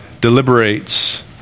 deliberates